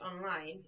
online